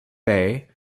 bay